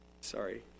Sorry